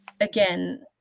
again